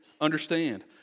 understand